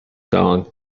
song